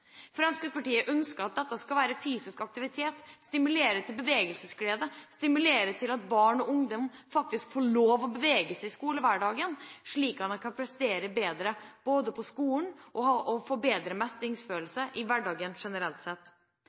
Fremskrittspartiet ønsker at det skal være fysisk aktivitet, stimulere til bevegelsesglede, stimulere til at barn og ungdom faktisk får lov til å bevege seg i skolehverdagen, slik at de kan prestere bedre på skolen og få bedre mestringsfølelse i hverdagen generelt.